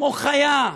כמו חיה,